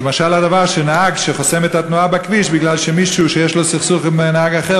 זה משל לנהג שחוסם את התנועה בכביש בגלל שיש לו סכסוך עם נהג אחר,